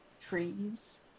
trees